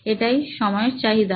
এটাই সময়ের চাহিদা